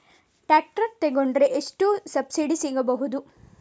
Tractor ತೊಕೊಂಡರೆ ಎಷ್ಟು subsidy ಸಿಗಬಹುದು?